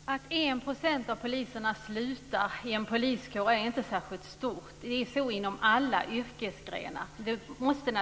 Fru talman! Att 1 % av poliserna i en poliskår slutar är inte särskilt stort. Det är så inom alla yrkesgrenar. Det måste